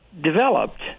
developed